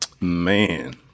Man